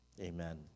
Amen